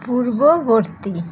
পূর্ববর্তী